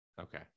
Okay